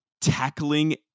tackling